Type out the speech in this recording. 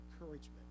encouragement